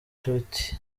tuty